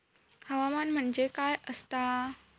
हवामान म्हणजे काय असता?